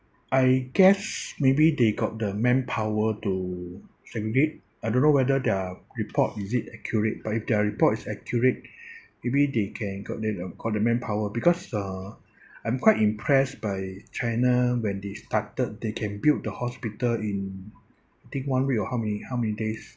I guess maybe they got the manpower to segregate I don't know whether their report is it accurate but if their report is accurate maybe they can got ma~ uh got the manpower because uh I'm quite impressed by china when they started they can build the hospital I think one week or how many how many days